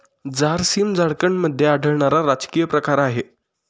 झारसीम झारखंडमध्ये आढळणारा राजकीय प्रकार आहे